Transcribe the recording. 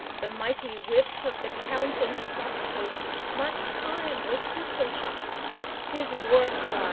the mighty whip of the count in the frock-coat marked time with pistol-shots his war-cry,